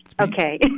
Okay